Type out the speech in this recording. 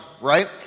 right